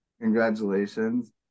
congratulations